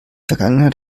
vergangenheit